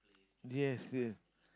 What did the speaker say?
yes yes